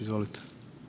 Izvolite.